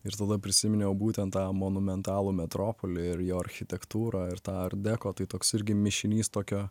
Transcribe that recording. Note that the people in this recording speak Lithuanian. ir tada prisiminiau būtent tą monumentalų metropolį ir jo architektūrą ir tą art deko tai toks irgi mišinys tokio